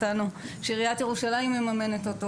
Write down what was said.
אלא עיריית ירושלים מממנת אותו